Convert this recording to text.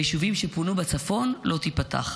ביישובים שפונו בצפון לא תיפתח.